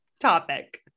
topic